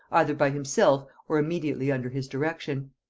either by himself or immediately under his direction.